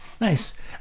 Nice